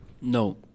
No